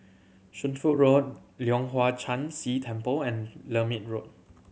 Shunfu Road Leong Hwa Chan Si Temple and Lermit Road